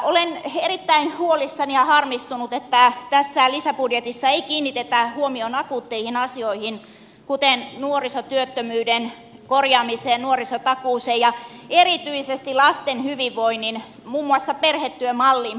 olen erittäin huolissani ja harmistunut että tässä lisäbudjetissa ei kiinnitetä huomiota akuutteihin asioihin kuten nuorisotyöttömyyden korjaamiseen nuorisotakuuseen ja erityisesti lasten hyvinvointiin muun muassa perhetyömalliin panostamiseen